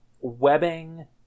webbing